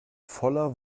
voller